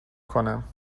کنم